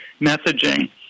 messaging